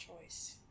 choice